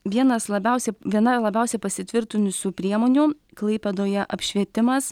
vienas labiausia viena labiausiai pasitvirtinusių priemonių klaipėdoje apšvietimas